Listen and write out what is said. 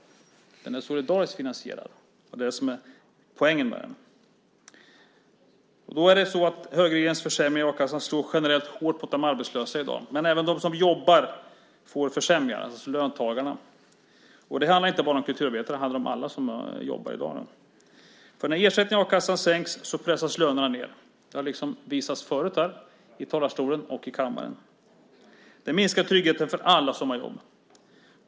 Den är solidariskt finansierad. Det är poängen med den. Högerregeringens försämringar i a-kassan slår generellt hårt mot de arbetslösa i dag. Men även de som jobbar får försämringar, det vill säga löntagarna. Det handlar inte bara om kulturarbetarna. Det handlar om alla som jobbar i dag. När ersättningen i a-kassan sänks pressas lönerna ned. Det har visats förut här från talarstolen och i kammaren. Det minskar tryggheten för alla som har jobb.